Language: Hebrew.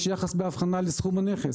יש יחס באבחנה לסכום הנכס.